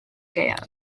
gaeaf